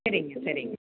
சரிங்க சரிங்க